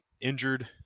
Injured